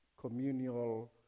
communal